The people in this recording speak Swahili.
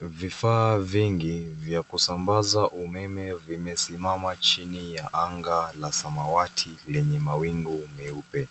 Vifaa vingi vya kusambaza umeme vimesimama chini ya anga la samawati lenye mawingu meupe.